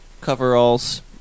coveralls